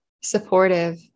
supportive